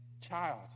child